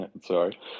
Sorry